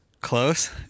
Close